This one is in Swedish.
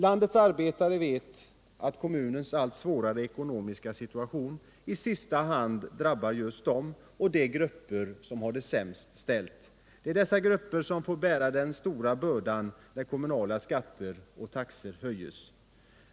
Landets arbetare vet att kommunernas allt svårare ekonomiska situation i sista hand drabbar dem och de grupper som har det sämst ställt. Det är dessa grupper som får bära den stora bördan när kommunala skatter och taxor höjs.